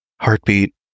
heartbeat